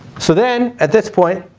so then, at this point,